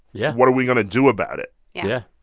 yeah. what are we going to do about it? yeah yeah.